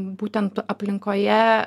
būtent aplinkoje